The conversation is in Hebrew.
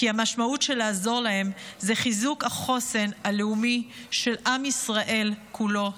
כי המשמעות של לעזור להם היא ה חיזוק החוסן הלאומי של עם ישראל כולו.